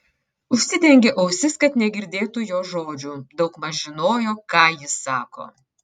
užsidengė ausis kad negirdėtų jos žodžių daugmaž žinojo ką ji sako